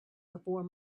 before